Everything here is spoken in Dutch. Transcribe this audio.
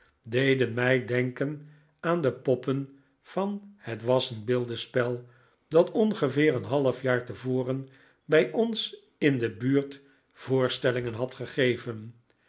deden mij denken aan de poppen van het wassenbeeldenspel dat ongeveer een half jaar tevoren bij ons in de buurt voorstellingen had gegeven